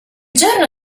giorno